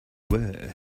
were